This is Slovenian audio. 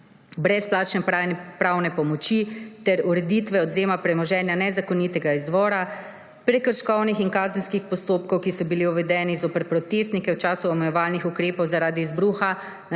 brezplačne pravne pomoči ter ureditve odvzema premoženja nezakonitega izvora, prekrškovnih in kazenskih postopkov, ki so bili uvedeni zoper protestnike v času omejevalnih ukrepov zaradi izbruha